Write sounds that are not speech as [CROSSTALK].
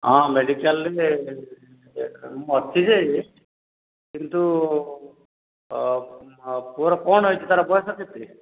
ହଁ ମେଡ଼ିକାଲ୍ ରେ [UNINTELLIGIBLE] ମୁଁ ଅଛି ଯେ କିନ୍ତୁ ପୁଅର କ'ଣ ହେଇଛି ତା'ର ବୟସ କେତେ